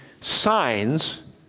signs